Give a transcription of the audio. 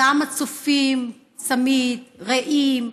גם הצופים, צמי"ד, רעים,